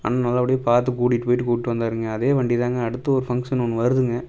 அண்ணன் நல்லபடியாக பார்த்து கூட்டிட்டு போயிட்டு கூட்டு வந்தாருங்க அதே வண்டி தாங்க அடுத்து ஒரு பங்க்ஷன் ஒன்று வருதுங்க